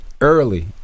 early